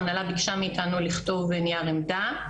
ההנהלה ביקשה לכתוב מאיתנו נייר עמדה,